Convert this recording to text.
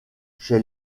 chez